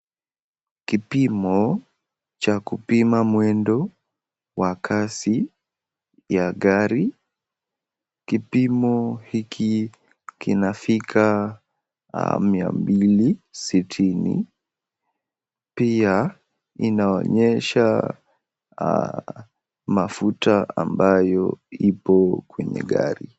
Kipimo cha kupima mwendo wa kasi ya gari. Kipimo hiki kinafika mia mbili sitini. Pia inaonyesha mafuta ambayo ipo kwenye gari.